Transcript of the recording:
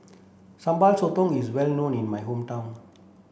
Sambal Sotong is well known in my hometown